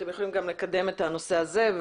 אתם יכולים לקדם את הנושא הזה,